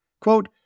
Quote